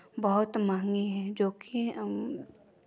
बहुत महंगी है जो कि